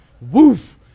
Woof